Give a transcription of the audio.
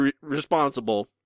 responsible